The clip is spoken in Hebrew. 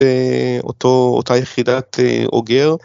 אותה יחידת אוגר